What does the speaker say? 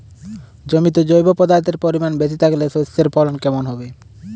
জমিতে জৈব পদার্থের পরিমাণ বেশি থাকলে শস্যর ফলন কেমন হবে?